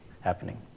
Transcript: happening